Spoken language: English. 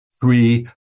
three